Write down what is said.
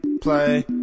Play